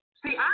see